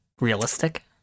realistic